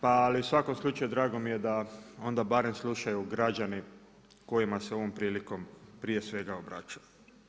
Pa ali u svakom slučaju drago mi je da onda barem slušaju građani kojima se ovom prilikom prije svega obraćam.